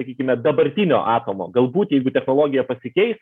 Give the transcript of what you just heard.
sakykime dabartinio atomo galbūt jeigu technologija pasikeis